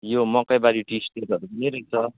यो मकैबारी टी स्टेटहरू यही रहेछ